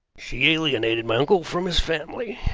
she alienated my uncle from his family,